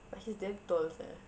but he's damn tall [sial]